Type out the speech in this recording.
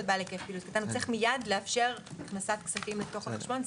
צריך מיד לאפשר הכנסת כספים לתוך החשבון.